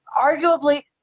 arguably